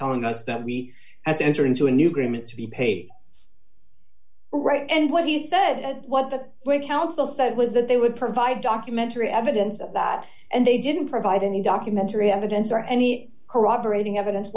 telling us that we as enter into a new agreement to be paid right and what he said and what the way counsel said was that they would provide documentary evidence of that and they didn't provide any documentary evidence or any corroborating evidence